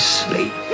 sleep